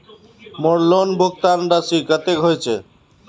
मोर लोन भुगतान राशि कतेक होचए?